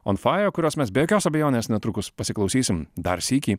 on fire kurios mes be jokios abejonės netrukus pasiklausysim dar sykį